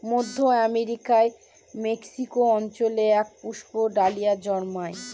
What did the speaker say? মধ্য আমেরিকার মেক্সিকো অঞ্চলে এক পুষ্পক ডালিয়া জন্মায়